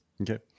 Okay